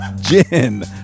Jin